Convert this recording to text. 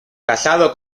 casado